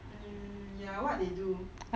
um ya what they do